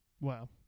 Wow